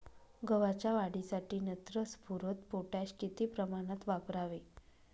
गव्हाच्या वाढीसाठी नत्र, स्फुरद, पोटॅश किती प्रमाणात वापरावे?